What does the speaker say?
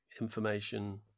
information